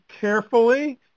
carefully